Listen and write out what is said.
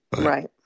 Right